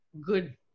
good